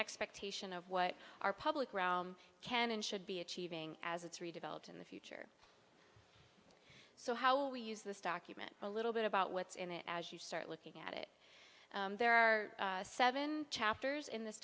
expectation of what our public realm can and should be achieving as it's redeveloped in the future so how will we use this document a little bit about what's in it as you start looking at it there are seven chapters in this